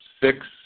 six